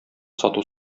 сату